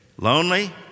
lonely